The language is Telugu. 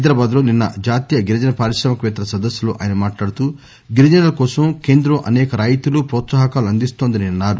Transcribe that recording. హైదరాబాద్ లో నిన్న జాతీయ గిరిజన పారిశ్రామికపేత్తల సదస్సులో ఆయన మాట్లాడుతూ గిరిజనుల కోసం కేంద్రం అసేక రాయితీలు ర్రోత్సాహకాలు అందిస్తోందని అన్నారు